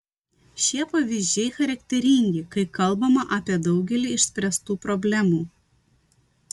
šie pavyzdžiai charakteringi kai kalbama apie daugelį išspręstų problemų